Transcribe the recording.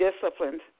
disciplined